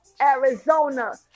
Arizona